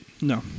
No